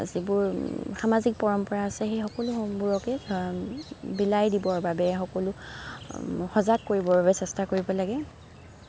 যিবোৰ সামাজিক পৰম্পৰা আছে সেই সকলোবোৰকে বিলাই দিবৰ বাবে সকলো সজাগ কৰিবৰ বাবে চেষ্টা কৰিব লাগে